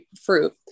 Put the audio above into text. fruit